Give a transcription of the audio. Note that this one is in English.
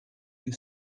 you